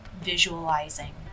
visualizing